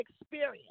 experience